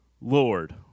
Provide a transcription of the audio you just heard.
Lord